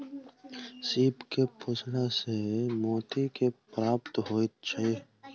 सीप के पोसला सॅ मोती प्राप्त होइत छै